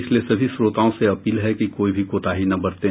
इसलिए सभी श्रोताओं से अपील है कि कोई भी कोताही न बरतें